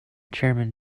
chairman